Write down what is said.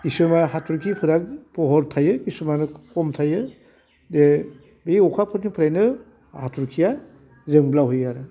खिसुमान हाथरखिफोरा फहर थायो खिसुमान खम थायो बे बे अखाफोरनिफ्रायनो हथरखिया जोंब्लावहैयो आरो